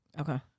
Okay